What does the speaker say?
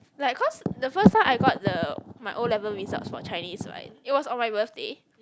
like cause the first time I got the my O level results for Chinese right it was on my birthday